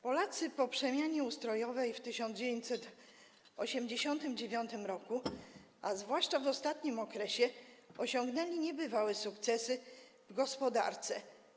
Polacy po przemianie ustrojowej w 1989 r., a zwłaszcza w ostatnim okresie, osiągnęli niebywałe sukcesy w gospodarce.